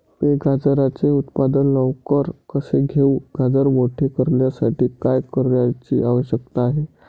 मी गाजराचे उत्पादन लवकर कसे घेऊ? गाजर मोठे करण्यासाठी काय करण्याची आवश्यकता आहे?